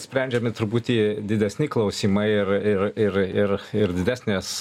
sprendžiami truputį didesni klausimai ir ir ir ir ir didesnės